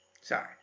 Sorry